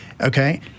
Okay